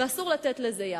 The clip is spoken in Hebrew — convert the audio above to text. ואסור לתת לזה יד.